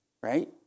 Right